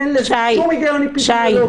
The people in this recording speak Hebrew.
אין לזה שום היגיון אפידמיולוגי,